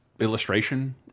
illustration